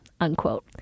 unquote